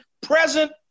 present